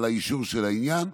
על האישור של העניין.